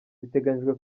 biteganyijwe